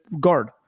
guard